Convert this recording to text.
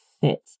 fit